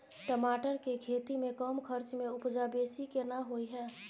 टमाटर के खेती में कम खर्च में उपजा बेसी केना होय है?